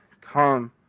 come